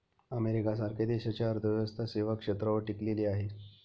America सारख्या देशाची अर्थव्यवस्था सेवा क्षेत्रावर टिकलेली आहे